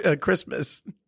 Christmas